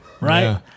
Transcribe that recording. right